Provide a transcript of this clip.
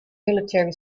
military